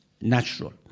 natural